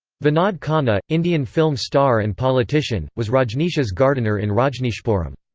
vinod khanna, indian film star and politician, was rajneesh's gardener in rajneeshpuram.